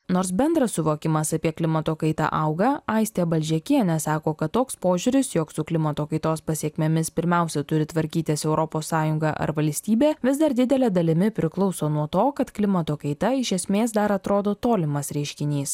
nors bendras suvokimas apie klimato kaitą auga aistė balžekienė sako kad toks požiūris jog su klimato kaitos pasekmėmis pirmiausia turi tvarkytis europos sąjunga ar valstybė vis dar didele dalimi priklauso nuo to kad klimato kaita iš esmės dar atrodo tolimas reiškinys